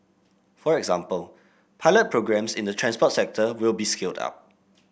for example pilot programmes in the transport sector will be scaled up